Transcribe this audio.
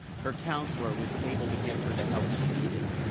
her counselor was able to give her the help she needed.